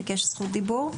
הוא ביקש זכות דיבור.